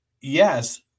Yes